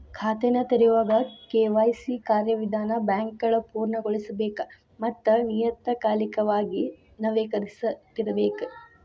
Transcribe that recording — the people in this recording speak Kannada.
ಖಾತೆನ ತೆರೆಯೋವಾಗ ಕೆ.ವಾಯ್.ಸಿ ಕಾರ್ಯವಿಧಾನನ ಬ್ಯಾಂಕ್ಗಳ ಪೂರ್ಣಗೊಳಿಸಬೇಕ ಮತ್ತ ನಿಯತಕಾಲಿಕವಾಗಿ ನವೇಕರಿಸ್ತಿರಬೇಕ